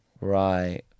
Right